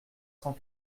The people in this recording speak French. cent